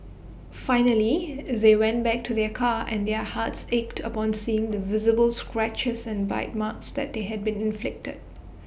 finally they went back to their car and their hearts ached upon seeing the visible scratches and bite marks that had been inflicted